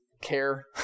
care